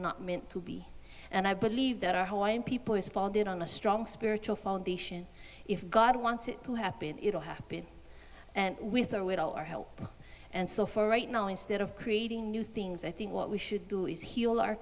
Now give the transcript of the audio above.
not meant to be and i believe that our hawaiian people is founded on a strong spiritual foundation if god wants it to happen it will happen with or without our help and so for right now instead of creating new things i think what we should do is heal our